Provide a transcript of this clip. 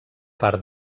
part